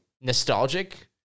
nostalgic